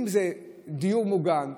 אם זה דיור מוגן,